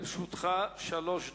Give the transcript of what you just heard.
לרשותך שלוש דקות.